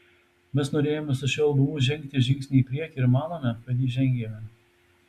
mes norėjome su šiuo albumu žengti žingsnį į priekį ir manome kad jį žengėme